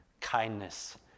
kindness